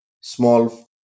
small